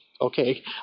okay